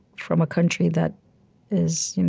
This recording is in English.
from a country that is